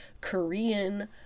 Korean